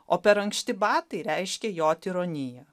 o per ankšti batai reiškė jo tironiją